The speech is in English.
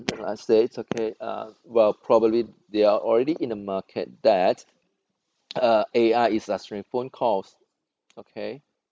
like I said it's okay uh well probably they are already in the market that uh A_I is answering phone calls okay